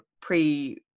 pre